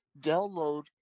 download